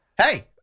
Hey